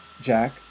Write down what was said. Jack